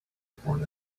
report